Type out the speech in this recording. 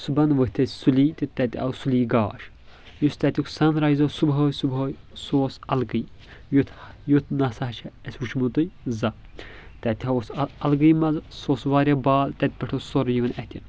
صُبحن ؤتھۍ أسۍ سُلی تہٕ تتہِ آو سُلی گاش یُس تتیُک سن رایز اوس صُبحٲے صُبحٲے سُہ اوس الگٕے یُتھ یُتھ نسا چھُ اسہِ وٕچھ مُتُے زانٛہہ تتہِ ہا اوس الگٕے مزٕ سُہ اوس واریاہ بال تتہِ پٮ۪ٹھ اوس سورُے یِوان اتھِ